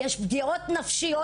יש פגיעות נפשיות.